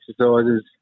exercises